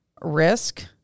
risk